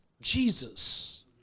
Jesus